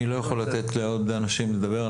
אני לא יכול לתת לעוד אנשים לדבר,